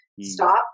Stop